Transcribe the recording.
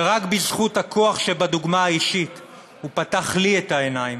ורק בזכות הכוח שבדוגמה האישית הוא פתח לי את העיניים,